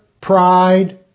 pride